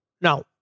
now